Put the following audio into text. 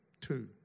two